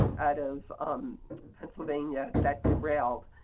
out of pennsylvania that derailed.